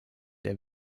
der